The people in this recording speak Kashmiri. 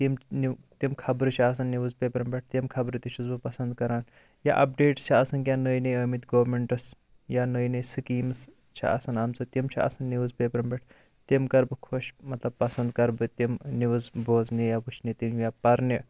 تِم نِو تِم خَبرٕ چھِ آسان نِوٕز پیپرَن پیٹھ تِم خَبرٕ تہِ چھُس بہٕ پَسَنٛد کَران یا اَپڈیٹس چھِ آسان کینٛہہ نٔے نٔے آمٕتۍ گورمیٚنٹَس یا نٔے نٔے سِکیٖمز چھِ آسان آمژٕ تِم چھِ آسان نِوٕز پیپرَن پیٹھ تِم کَرٕ بہٕ خۄش مَطلَب پَسَنٛد کَرٕ بہٕ تِم نِوٕز بوزنہِ یا وٕچھنہٕ تہٕ یا پَرنہِ